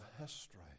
history